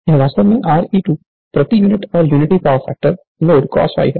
यह वास्तव में Re2 प्रति यूनिट और unity power factor load cos 1 है